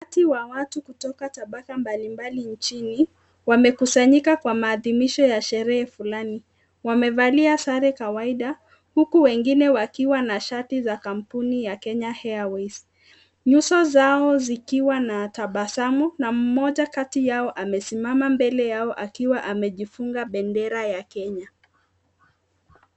Umati wa watu kutoka tabaka mbalimbali nchini, wamekusanyika kwa maadhimisho ya sherehe fulani, wamevalia sare kawaida huku wengine wakiwa na shati za kampuni ya Kenya Airways, nyuso zao zikiwa na tabasamu na mmoja kati yao amesimama mbele yao akiwa amejifunga bendera ya Kenya.